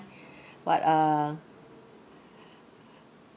what uh